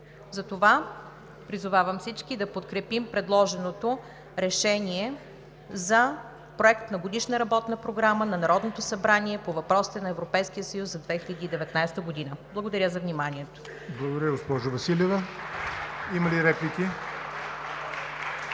Затова призовавам всички да подкрепим предложеното решение за Проект на Годишна работна програма на Народното събрание по въпросите на Европейския съюз за 2019 г. Благодаря за вниманието. (Ръкопляскания от ГЕРБ.)